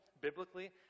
Biblically